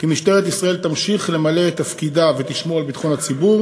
כי משטרת ישראל תמשיך למלא את תפקידה ולשמור על ביטחון הציבור